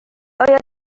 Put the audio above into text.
آیا